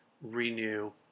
renew